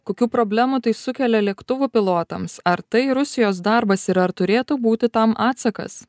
kokių problemų tai sukelia lėktuvų pilotams ar tai rusijos darbas ir ar turėtų būti tam atsakas